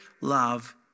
love